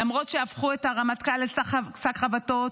למרות שהפכו את הרמטכ"ל לשק חבטות,